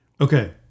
okay